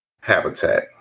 habitat